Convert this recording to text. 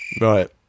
Right